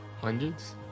Hundreds